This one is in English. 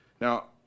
Now